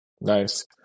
nice